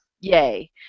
yay